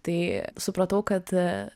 tai supratau kad